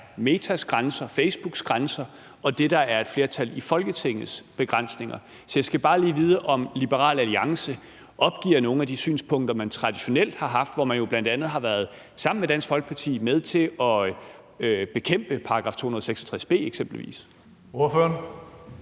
Metas grænser, Facebooks grænser, og det, der er et flertal i Folketingets begrænsninger. Så jeg skal bare lige vide, om Liberal Alliance opgiver nogle af de synspunkter, man traditionelt har haft, hvor man jo bl.a. sammen med Dansk Folkeparti har været med til at bekæmpe § 266 b eksempelvis.